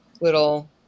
little